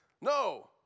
No